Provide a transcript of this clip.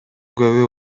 көбү